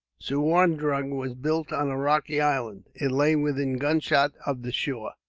suwarndrug was built on a rocky island. it lay within gunshot of the shore.